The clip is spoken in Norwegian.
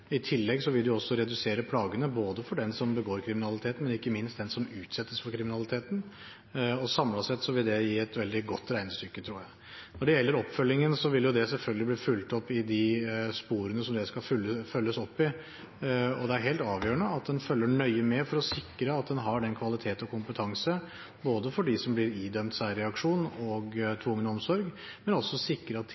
I tillegg vil det jo også redusere plagene både for den som begår kriminaliteten, og ikke minst for den som utsettes for kriminaliteten. Samlet sett tror jeg det vil gi et veldig godt regnestykke. Når det gjelder oppfølgingen, vil det selvfølgelig bli fulgt opp i de sporene som det skal følges opp i, og det er helt avgjørende at en følger nøye med for å sikre at en har kvalitet og kompetanse for dem som blir idømt særreaksjon og tvungen omsorg, men også sikrer at